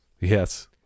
Yes